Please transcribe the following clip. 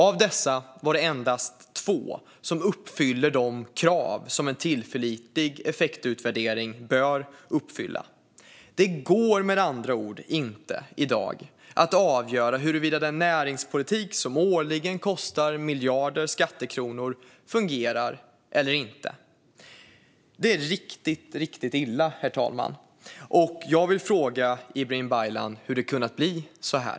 Av dessa var det endast två som uppfyllde de krav som en tillförlitlig effektutvärdering bör uppfylla. Det går med andra ord i dag inte att avgöra huruvida den näringspolitik som årligen kostar miljarder skattekronor fungerar eller inte. Det är riktigt illa, herr talman. Jag vill fråga Ibrahim Baylan hur det har kunnat bli så här.